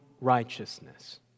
righteousness